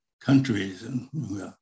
countries